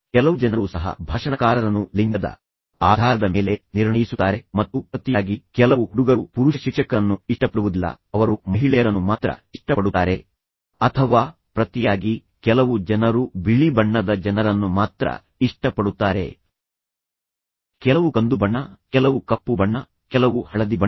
ಕೆಲವು ಜನರು ಸಹ ಭಾಷಣಕಾರರನ್ನು ಲಿಂಗದ ಆಧಾರದ ಮೇಲೆ ನಿರ್ಣಯಿಸುತ್ತಾರೆ ಮತ್ತು ಪ್ರತಿಯಾಗಿ ಕೆಲವು ಹುಡುಗರು ಪುರುಷ ಶಿಕ್ಷಕರನ್ನು ಇಷ್ಟಪಡುವುದಿಲ್ಲ ಅವರು ಮಹಿಳೆಯರನ್ನು ಮಾತ್ರ ಇಷ್ಟ ಪಡುತ್ತಾರೆ ಅಥವಾ ಪ್ರತಿಯಾಗಿ ಕೆಲವು ಜನರು ಬಿಳಿ ಬಣ್ಣದ ಜನರನ್ನು ಮಾತ್ರ ಇಷ್ಟಪಡುತ್ತಾರೆ ಕೆಲವು ಕಂದು ಬಣ್ಣ ಕೆಲವು ಕಪ್ಪು ಬಣ್ಣ ಕೆಲವು ಹಳದಿ ಬಣ್ಣ